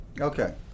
Okay